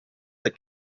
the